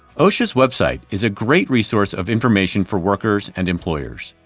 osha's web site is a great resource of information for workers and employers.